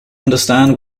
understand